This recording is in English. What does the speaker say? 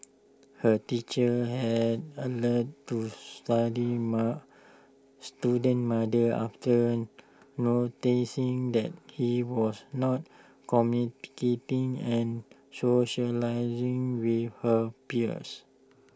her teachers had alerted to study student's mother after noticing that he was not communicating and socialising with her peers